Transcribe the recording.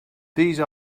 these